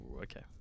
okay